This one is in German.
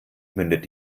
mündet